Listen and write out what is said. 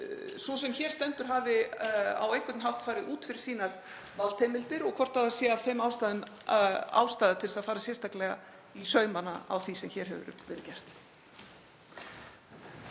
sú sem hér stendur hafi á einhvern hátt farið út fyrir valdheimildir sínar og hvort það sé þess vegna ástæða til að fara sérstaklega í saumana á því sem hér hefur verið gert.